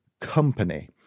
company